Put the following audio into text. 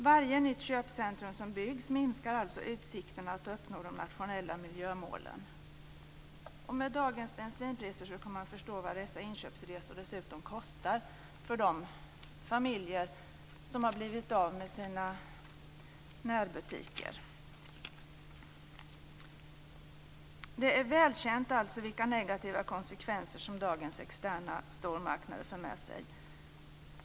Varje nytt köpcentrum som byggs minskar alltså utsikterna att uppnå de nationella miljömålen. Med dagens bensinpriser kan man dessutom förstå vad dessa inköpsresor kostar för de familjer som har blivit av med sina närbutiker. Det är alltså välkänt vilka negativa konsekvenser som dagens externa stormarknader för med sig.